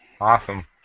Awesome